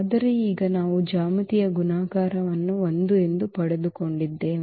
ಆದರೆ ಈಗ ನಾವು ಜ್ಯಾಮಿತೀಯ ಗುಣಾಕಾರವನ್ನು 1 ಎಂದು ಪಡೆದುಕೊಂಡಿದ್ದೇವೆ